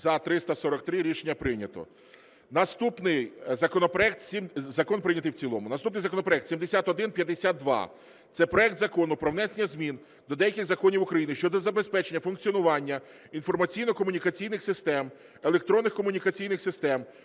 Закон прийнятий в цілому. Наступний законопроект – 7152. Це проект Закону про внесення змін до деяких законів України щодо забезпечення функціонування інформаційно-комунікаційних систем, електронних комунікаційних систем,